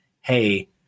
hey